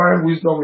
wisdom